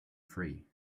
free